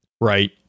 Right